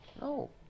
No